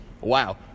Wow